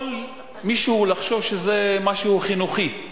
יכול מישהו לחשוב שזה משהו חינוכי.